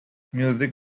music